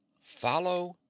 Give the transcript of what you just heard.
follow